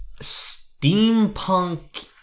steampunk